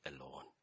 alone